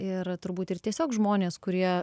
ir turbūt ir tiesiog žmonės kurie